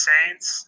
Saints